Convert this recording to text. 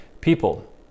people